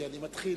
כי אני מתחיל.